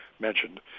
mentioned